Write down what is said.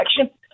action